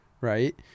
right